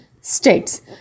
states